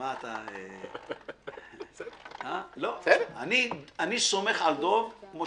אני סומך על דב.